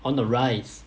on the rice